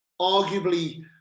arguably